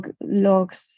logs